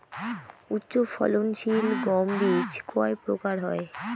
উচ্চ ফলন সিল গম বীজ কয় প্রকার হয়?